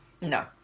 No